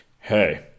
hey